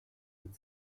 mit